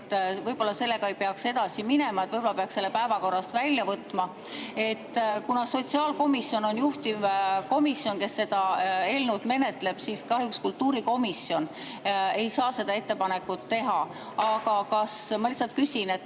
võib-olla sellega ei peaks edasi minema, et võib-olla peaks selle päevakorrast välja võtma. Kuna sotsiaalkomisjon on juhtivkomisjon, kes seda eelnõu menetleb, siis kahjuks kultuurikomisjon ei saa seda ettepanekut teha. Ma lihtsalt küsin,